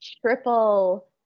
triple